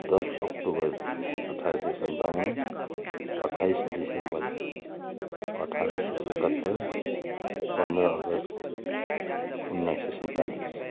दस अक्टोबर अठार सौ सन्ताउन्न अट्ठाइस डिसेम्बर अठार सय एकहत्तर पन्ध्र अगस्ट उन्नाइस सय सौँतालिस